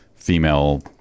female